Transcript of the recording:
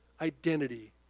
identity